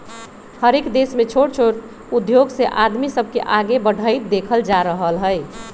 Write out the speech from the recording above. हरएक देश में छोट छोट उद्धोग से आदमी सब के आगे बढ़ईत देखल जा रहल हई